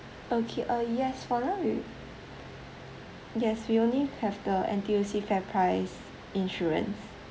okay uh yes for that we yes we only have the N_T_U_C fairprice insurance